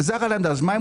מה הם עושים?